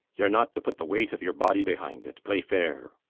you're not to put the weight of your body behind it. play fair,